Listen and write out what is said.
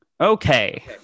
Okay